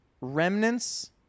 remnants